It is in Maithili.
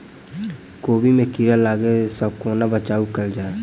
कोबी मे कीड़ा लागै सअ कोना बचाऊ कैल जाएँ?